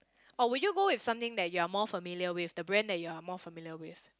or would you go with something that you are more familiar the brand that you are more familiar with